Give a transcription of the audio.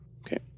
Okay